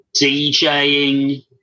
DJing